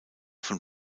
von